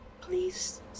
please